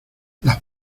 las